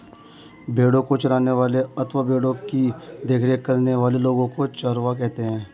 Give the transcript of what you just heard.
भेड़ों को चराने वाले अथवा भेड़ों की देखरेख करने वाले लोगों को चरवाहा कहते हैं